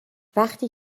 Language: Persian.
وقتی